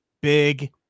big